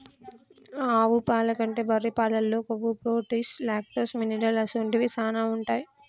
ఆవు పాల కంటే బర్రె పాలల్లో కొవ్వు, ప్రోటీన్, లాక్టోస్, మినరల్ అసొంటివి శానా ఉంటాయి